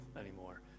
anymore